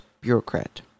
bureaucrat